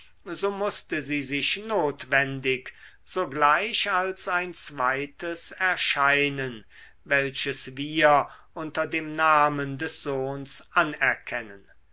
so mußte sie sich notwendig sogleich als ein zweites erscheinen welches wir unter dem namen des sohns anerkennen